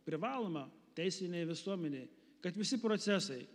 privaloma teisinei visuomenei kad visi procesai